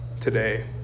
today